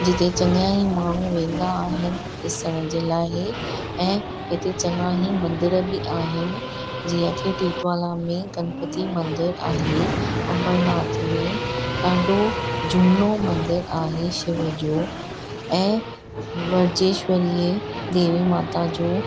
जिते चङा ई माण्हू वेंदा आहिनि ॾिसण जे लाइ ऐं हिते चङा ई मंदर बि आहिनि जीअं की टीटवाला में गणपति मंदरु आहे अंबरनाथ में ॾाढो झूनो मंदरु आहे शिव जो ऐं वज्रेश्वरी देवी माता जो